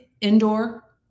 indoor